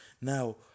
now